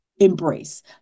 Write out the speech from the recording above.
embrace